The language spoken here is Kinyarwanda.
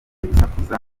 gusakuza